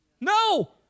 No